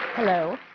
hello.